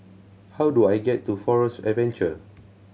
how do I get to Forest Adventure